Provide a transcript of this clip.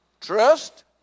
trust